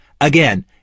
again